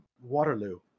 Waterloo